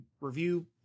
review